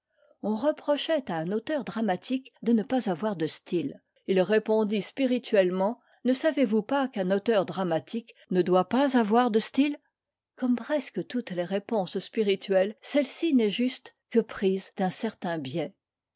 on reprochait à un auteur dramatique de ne pas avoir de style il répondit spirituellement ne savez-vous pas qu'un auteur dramatique ne doit pas avoir de style comme presque toutes les réponses spirituelles celle-ci n'est juste que prise d'un certain biais